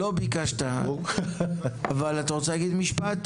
לא ביקשת, אבל אתה רוצה להגיד משפט?